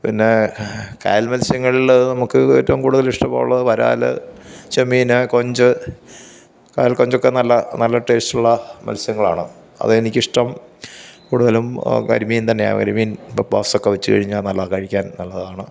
പിന്നെ കായൽ മത്സ്യങ്ങളില് നമുക്ക് ഏറ്റവും കൂടുതല് ഇഷ്ടമുള്ളത് വരാല് ചെമ്മീന് കൊഞ്ച് കായൽക്കൊഞ്ച് ഒക്കെ നല്ല നല്ല ടേസ്റ്റ് ഉള്ള മത്സ്യങ്ങളാണ് അതെനിക്കിഷ്ടം കൂടുതലും കരിമീൻ തന്നെയാണ് കരിമീൻ മപ്പാസൊക്കെ വച്ചുകഴിഞ്ഞാല് നല്ല കഴിക്കാൻ നല്ലതാണ്